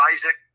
Isaac